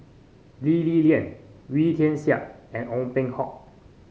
Lee Li Lian Wee Tian Siak and Ong Peng Hock